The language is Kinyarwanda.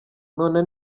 none